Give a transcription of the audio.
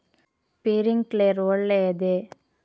Sprinkler ಒಳ್ಳೇದೇ?